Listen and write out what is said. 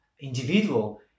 individual